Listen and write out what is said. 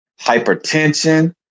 hypertension